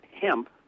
hemp